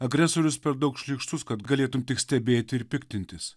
agresorius per daug šlykštus kad galėtum tik stebėti ir piktintis